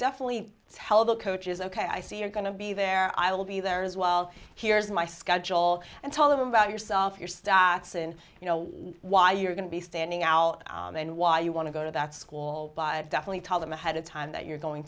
definitely tell the coaches ok i see you're going to be there i'll be there as well here's my schedule and tell them about yourself your stats and you know why you're going to be standing out and why you want to go to that school definitely tell them ahead of time that you're going